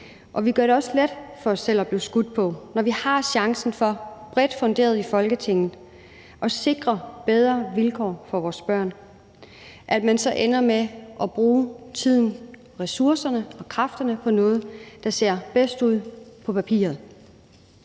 Vi gør det også let for os selv at blive skudt på, når vi faktisk bredt funderet i Folketinget har chancen for at sikre bedre vilkår for vores børn, men så ender med at bruge tiden, ressourcerne og kræfterne på noget, der ser bedst ud på papiret.